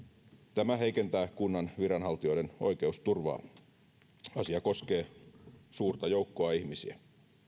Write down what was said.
tämä heikentää kunnan viranhaltijoiden oikeusturvaa asia koskee suurta joukkoa ihmisiä